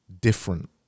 different